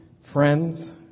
friends